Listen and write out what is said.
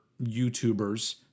YouTubers